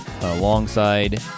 alongside